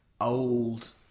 old